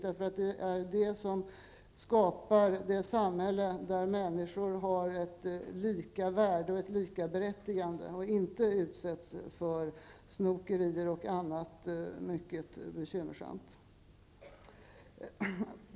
Det är en sådan politik som skapar det samhälle där människor har ett lika värde och ett likaberättigande och inte utsätts för ''snokerier'' och annat mycket bekymmersamt.